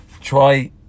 try